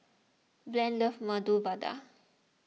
Blaine loves Medu Vada